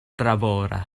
traboras